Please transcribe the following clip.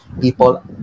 People